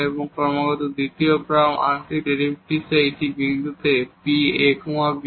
এবং ক্রমাগত দ্বিতীয় ক্রম আংশিক ডেরিভেটিভস এই বিন্দুতে P a b হয়